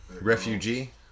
Refugee